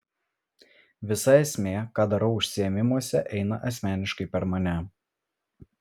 visa esmė ką darau užsiėmimuose eina asmeniškai per mane